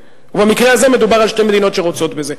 במקרה הזה, מדובר בשתי מדינות שרוצות בזה.